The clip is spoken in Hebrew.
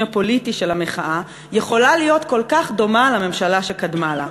הפוליטי של המחאה יכולה להיות כל כך דומה לממשלה שקדמה לה.